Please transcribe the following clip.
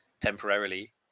temporarily